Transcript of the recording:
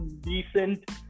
decent